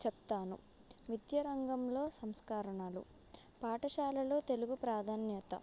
చెప్తాను నిత్య రంగంలో సంస్కారణాలు పాఠశాలలో తెలుగు ప్రాధాన్యత